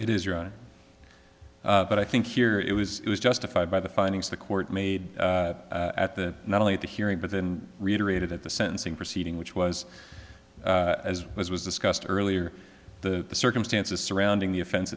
it is your own but i think here it was it was justified by the findings the court made at that not only at the hearing but then reiterated at the sentencing proceeding which was as was was discussed earlier the circumstances surrounding the offense